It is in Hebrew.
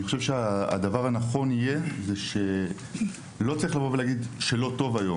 אני חושב שהדבר הנכון יהיה שלא צריך לבוא ולהגיד שלא טוב היום.